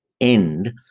end